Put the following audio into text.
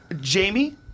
Jamie